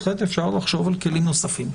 בהחלט אפשר לחשוב על כלים נוספים.